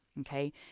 Okay